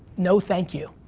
no, thank you.